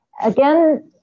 again